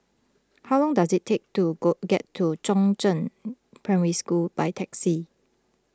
how long does it take to go get to Chongzheng Primary School by taxi